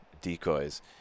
decoys